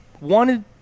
wanted